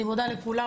אני מודה לכולם.